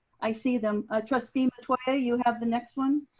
i see them. ah trustee metoyer, you have the next one.